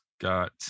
got